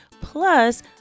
Plus